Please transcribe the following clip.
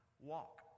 Walk